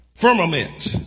Firmament